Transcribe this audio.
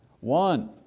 One